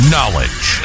Knowledge